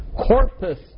corpus